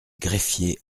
greffiers